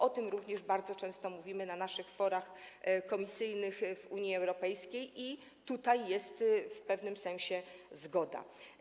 O tym również bardzo często mówimy na naszych forach komisyjnych w Unii Europejskiej i tutaj jest w pewnym sensie zgoda.